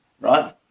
right